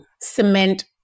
cement